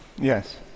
Yes